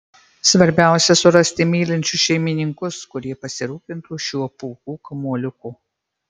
svarbiausia surasti mylinčius šeimininkus kurie pasirūpintų šiuo pūkų kamuoliuku